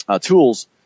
tools